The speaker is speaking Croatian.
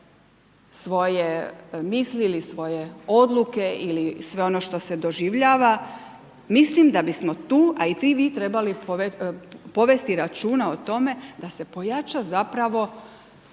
svoje misli ili svoje odluke ili sve ono što se doživljava. Mislim da bismo tu a i vi trebali povesti računa o tome da se pojača zapravo